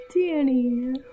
Danny